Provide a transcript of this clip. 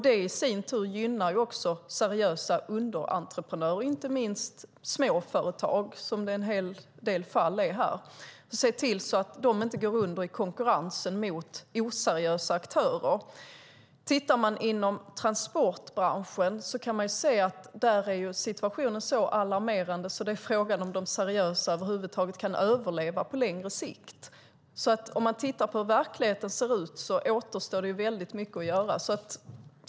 Det i sin tur gynnar också seriösa underentreprenörer, inte minst småföretag, som det i en hel del fall är fråga om. De ska inte gå under i konkurrensen mot oseriösa aktörer. Inom transportbranschen ser vi att situationen är så alarmerande att det är fråga om de seriösa kan överleva på längre sikt. Med tanke på hur verkligheten ser ut återstår mycket att göra.